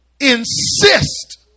insist